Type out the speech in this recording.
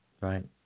Right